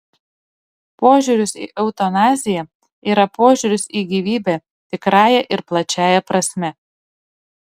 požiūris į eutanaziją yra požiūris į gyvybę tikrąja ir plačiąja prasme